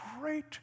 great